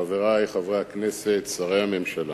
חברי חברי הכנסת, שרי הממשלה,